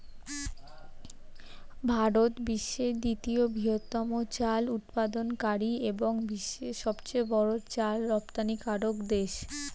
ভারত বিশ্বের দ্বিতীয় বৃহত্তম চাল উৎপাদনকারী এবং বিশ্বের সবচেয়ে বড় চাল রপ্তানিকারক দেশ